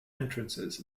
entrances